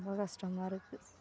ரொம்ப கஷ்டமாக இருக்குது